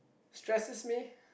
stresses me